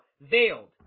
Veiled